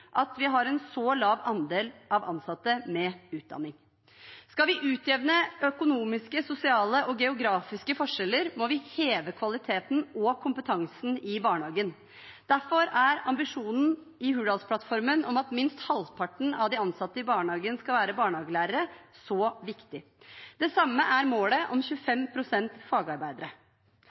lav andel ansatte med utdanning. Skal vi utjevne økonomiske, sosiale og geografiske forskjeller, må vi heve kvaliteten og kompetansen i barnehagen. Derfor er ambisjonen i Hurdalsplattformen om at minst halvparten av de ansatte i barnehagen skal være barnehagelærere, så viktig. Det samme er målet om 25 pst. fagarbeidere.